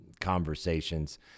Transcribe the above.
conversations